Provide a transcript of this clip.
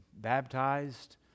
baptized